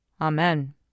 Amen